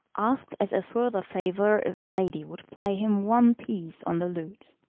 asked as a further favour if the lady would play him one piece on the lute.